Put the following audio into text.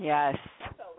Yes